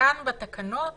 שכאן בתקנות